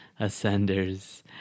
ascenders